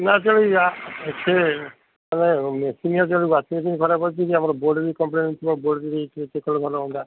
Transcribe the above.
ନା କେମିତି ସେ ମାନେ ମେସିନ୍ ୱାଶିଂ ମେସିନ୍ ଖରାପ ଅଛି କି ଆମର ବୋର୍ଡ଼ରେ ବି ପ୍ରୋବ୍ଲେମ୍ ହେଇଥିବ ବୋର୍ଡ଼ରେ ବି ଚେକ୍ ଭଲ ହୁଅନ୍ତା